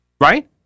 Right